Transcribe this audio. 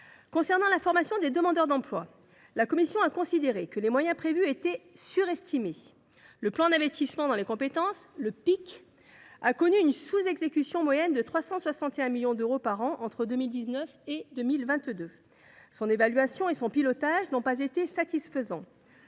Concernant la formation des demandeurs d’emploi, la commission a considéré que les moyens prévus étaient surestimés. Le plan d’investissement dans les compétences, le PIC, a connu une sous exécution moyenne de 361 millions d’euros par an entre 2019 et 2022. Son évaluation et son pilotage n’ont pas été satisfaisants.